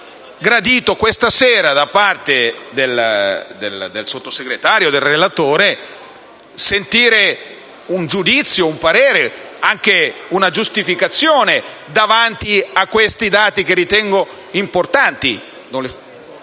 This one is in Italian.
sentire questa sera, da parte del Sottosegretario o del relatore, un giudizio, un parere, anche una giustificazione davanti a questi dati che ritengo importanti.